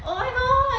oh my god